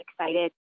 excited